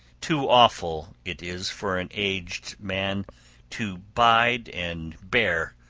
too awful it is for an aged man to bide and bear,